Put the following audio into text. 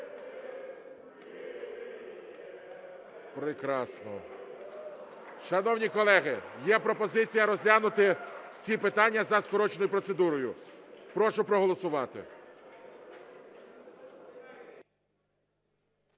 Прекрасно. Шановні колеги, є пропозиція розглянути ці питання за скороченою процедурою. Прошу проголосувати.